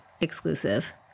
exclusive